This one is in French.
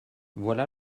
voilà